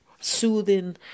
soothing